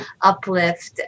uplift